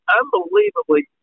unbelievably